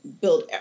build